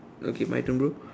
okay my turn bro